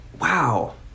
Wow